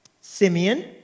Simeon